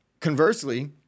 Conversely